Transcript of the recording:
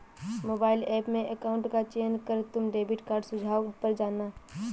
mobile app में account का चयन कर तुम डेबिट कार्ड सुझाव पर जाना